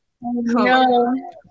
No